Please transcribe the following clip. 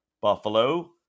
buffalo